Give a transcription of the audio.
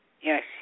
Yes